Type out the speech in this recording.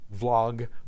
vlog